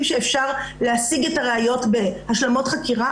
שאפשר להשיג את הראיות בהשלמות חקירה,